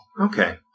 Okay